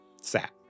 sat